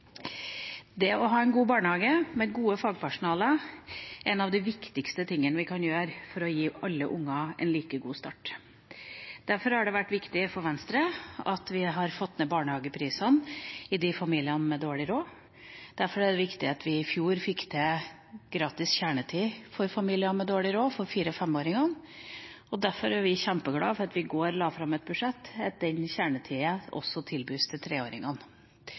Det å ha en god barnehage med godt fagpersonale er en av de viktigste tingene vi kan gjøre for å gi alle unger en like god start. Derfor har det vært viktig for Venstre at vi har fått ned barnehageprisene for de familiene med dårlig råd. Derfor er det viktig at vi i fjor fikk til gratis kjernetid for fireåringer og femåringer for familier med dårlig råd. Og derfor er vi kjempeglad for at vi i går la fram et budsjett, med at den kjernetida også tilbys